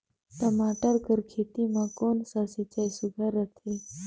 टमाटर कर खेती म कोन कस सिंचाई सुघ्घर रथे?